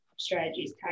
strategies